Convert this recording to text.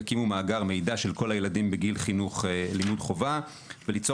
יקימו מאגר מידע של כל הילדים בגיל חינוך חובה וליצור